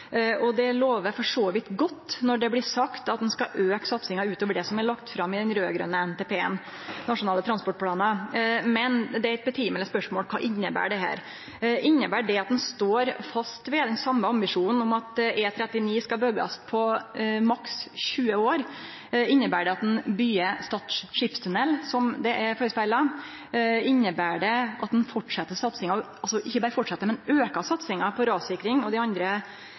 regjeringa. Det lover for så vidt godt når det blir sagt at ein skal auke satsinga utover det som blir lagt fram i den raud-grøne NTP-en. Men kva dette inneber, er eit høveleg spørsmål. Inneber det at ein står fast ved den same ambisjonen om at E39 skal bli bygd på maksimalt 20 år? Inneber det at ein byggjer Stad skipstunnel, som førespegla? Inneber det at ein ikkje berre fortset, men aukar satsinga på rassikring og andre